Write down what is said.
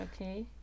okay